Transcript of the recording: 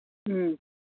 ꯎꯝ